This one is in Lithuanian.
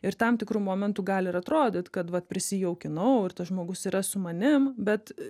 ir tam tikru momentu gali ir atrodyt kad vat prisijaukinau ir tas žmogus yra su manim bet